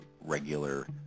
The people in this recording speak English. regular